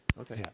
Okay